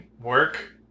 work